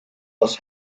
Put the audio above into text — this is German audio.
das